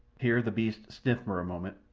here the beast sniffed for a moment,